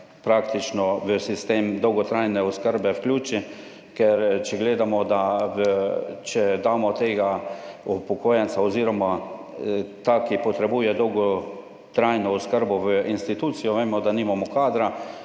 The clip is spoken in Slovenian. praktično v sistem dolgotrajne oskrbe vključi. Ker če gledamo, da če damo tega upokojenca oziroma ta, ki potrebuje dolgotrajno oskrbo, v institucijo, vemo, da nimamo kadra,